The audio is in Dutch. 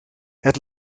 het